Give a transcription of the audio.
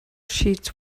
sheets